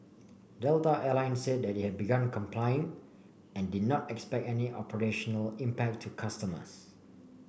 Delta Air Lines said it had begun complying and did not expect any operational impact to customers